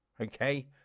okay